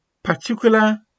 Particular